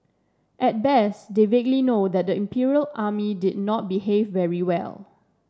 at best they vaguely know that the Imperial Army did not behave very well